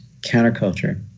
counterculture